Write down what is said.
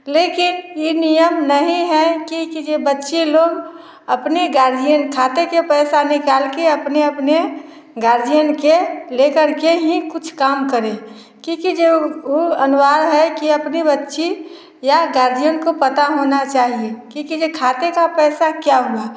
लेकिन ये नियम नहीं है कि बच्चे लोग अपने गार्जियन खाते का पैसा निकाल के अपने अपने गार्जियन के लेकर के ही कुछ काम करें क्योंकि जो वो अनिवार्य है कि अपनी बच्ची या गार्जियन को पता होना चाहिए क्योंकि खाते का पैसा किया हुआ